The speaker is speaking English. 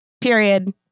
Period